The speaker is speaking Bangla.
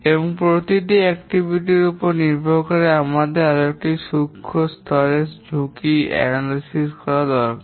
এবং প্রতিটি কার্যকলাপ এর উপর ভিত্তি করে আমাদের আরও সূক্ষ্ম স্তরের ঝুঁকি বিশ্লেষণ করা দরকার